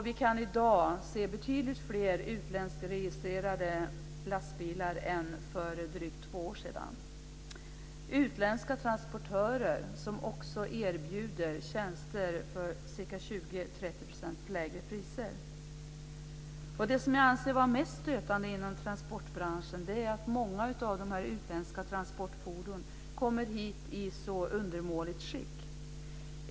Vi kan i dag se betydligt fler utlandsregistrerade lastbilar än för drygt två år sedan, utländska transportörer som också erbjuder tjänster till 20-30 % Det som jag anser vara mest stötande inom transportbranschen är att många av dessa utländska transportfordon kommer hit i så undermåligt skick.